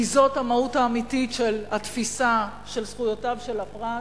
כי זאת המהות האמיתית של התפיסה של זכויותיו של הפרט,